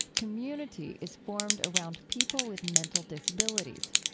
community is formed around people with mental disabilities.